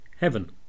Heaven